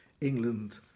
England